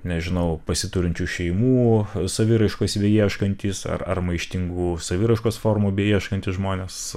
nežinau pasiturinčių šeimų saviraiškos beieškantys ar ar maištingų saviraiškos formų beieškantys žmonės